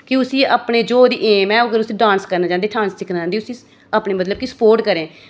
कि उसी अपने जो उदी एम ऐ अगर उसी डांस करना चांह्दी डांस सिक्खना चांह्दी उसी अपनी मतलब कि सपोर्ट करो